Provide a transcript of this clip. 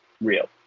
real